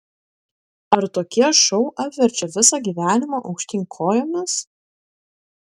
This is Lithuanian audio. ar tokie šou apverčia visą gyvenimą aukštyn kojomis